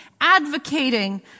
advocating